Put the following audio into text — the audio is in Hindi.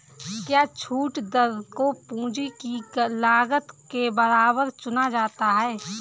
क्या छूट दर को पूंजी की लागत के बराबर चुना जाता है?